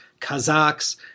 Kazakhs